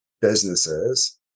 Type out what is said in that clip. businesses